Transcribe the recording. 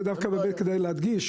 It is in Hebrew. זה דווקא כדאי להדגיש.